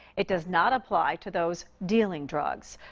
it does not apply to those dealing drugs.